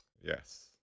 Yes